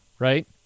right